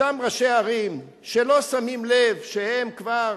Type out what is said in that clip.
אותם ראשי ערים שלא שמים לב שהם כבר,